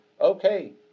okay